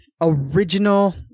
original